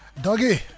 Doggy